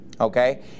okay